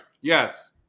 yes